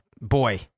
Boy